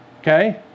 okay